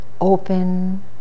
open